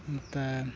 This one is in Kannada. ಮತ್ತು